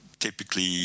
Typically